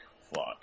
fuck